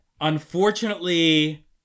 unfortunately